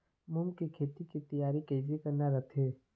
मूंग के खेती के तियारी कइसे करना रथे?